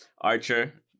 Archer